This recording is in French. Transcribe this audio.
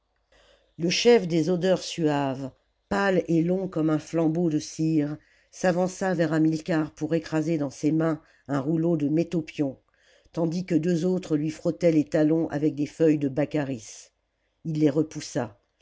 le chef des odeurs suaves pâle et long comme un flambeau de cire s'avança vers hamilcar pour écraser dans ses mains un rouleau de métopion tandis que deux autres lui frottaient les talons avec des feuilles de baccaris ii les repoussa